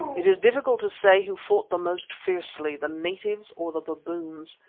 it is difficult to say who fought the most fiercely, the natives or the baboons.